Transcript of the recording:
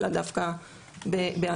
אלא דווקא בעצורים,